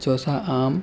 چوسا آم